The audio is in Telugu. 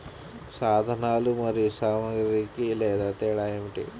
సాధనాలు మరియు సామాగ్రికి తేడా ఏమిటి?